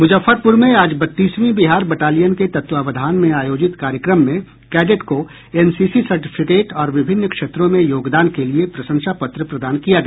मुजफ्फरपुर में आज बत्तीसवीं बिहार बटालियन के तत्वावधान में आयोजित कार्यक्रम में कैडेट को एनसीसी सर्टिफिकेट और विभिन्न क्षेत्रों में योगदान के लिये प्रशंसा पत्र प्रदान किया गया